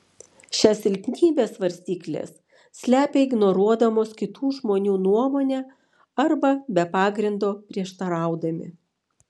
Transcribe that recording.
šią silpnybę svarstyklės slepia ignoruodamos kitų žmonių nuomonę arba be pagrindo prieštaraudami